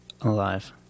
Alive